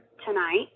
tonight